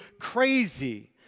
crazy